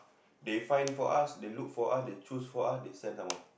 they find for us they look us they choose for us they send some more